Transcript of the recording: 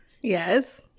Yes